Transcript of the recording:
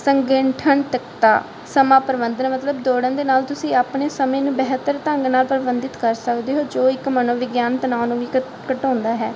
ਸੰਗਠਨ ਤਕਤਾ ਸਮਾਂ ਪ੍ਰਬੰਧਨ ਮਤਲਬ ਦੌੜਨ ਦੇ ਨਾਲ ਤੁਸੀਂ ਆਪਣੇ ਸਮੇਂ ਨੂੰ ਬਿਹਤਰ ਢੰਗ ਨਾਲ ਪ੍ਰਬੰਧਿਤ ਕਰ ਸਕਦੇ ਹੋ ਜੋ ਇੱਕ ਮਨੋਵਿਗਿਆਨ ਤਣਾਓ ਨੂੰ ਵੀ ਘ ਘਟਾਉਂਦਾ ਹੈ